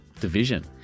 Division